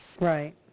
Right